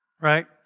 right